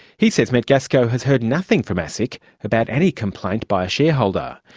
he says metgasco has heard nothing from asic about any complaint by a shareholder,